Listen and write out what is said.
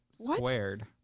squared